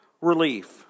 relief